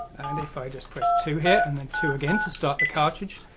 and if i just press two here, and then to again to start the cartridge.